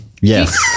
Yes